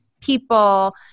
people